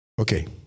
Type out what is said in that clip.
Okay